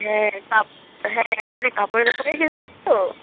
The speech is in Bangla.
হ্যাঁ কাপ হ্যাঁ মানে কাপড় দোকানের হেল্পার তো